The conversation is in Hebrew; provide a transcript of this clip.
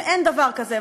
שאין דבר כזה,